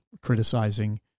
criticizing